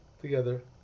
together